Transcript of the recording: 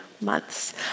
months